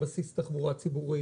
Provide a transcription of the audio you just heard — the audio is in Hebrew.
שהבסיס הוא תחבורה ציבורית,